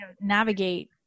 navigate